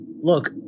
look